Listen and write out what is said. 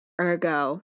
Ergo